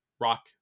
rock